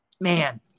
man